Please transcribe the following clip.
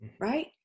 right